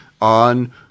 on